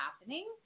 happening